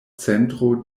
centro